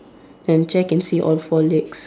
and the chair can see all four legs